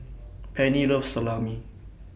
Penny loves Salami